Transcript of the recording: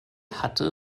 hatte